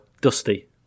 Dusty